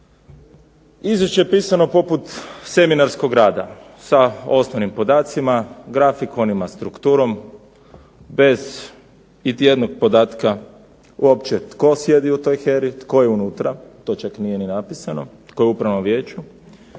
Izvješće je pisano poput seminarskog rada, sa osnovnim podacima, grafikonima, strukturom bez ijednog podatka tko uopće sjedi u toj HERA-i tko je unutra, to čak nije ni napisano, tko je u upravnom vijeću,